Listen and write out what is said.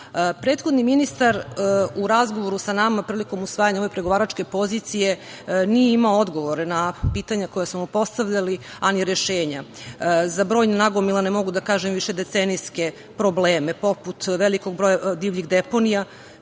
hrana. Prethodni ministar u razgovoru sa nama prilikom usvajanja ove pregovaračke pozicije nije imao odgovore na pitanja koja smo mu postavljali, a ni rešenja za brojne nagomilane, mogu da kažem višedecenijske probleme, poput velikog broja divljih deponija